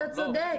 אתה צודק.